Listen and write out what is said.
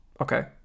Okay